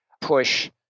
Push